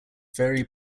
vary